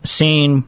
seen